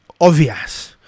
obvious